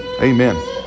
Amen